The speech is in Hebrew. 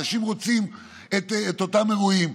אנשים רוצים את אותם אירועים,